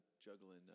juggling